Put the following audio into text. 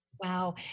Wow